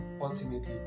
ultimately